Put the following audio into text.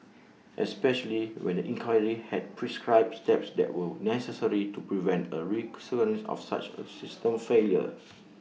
especially when the inquiry had prescribed steps that were necessary to prevent A recurrence of such A system failure